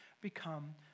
become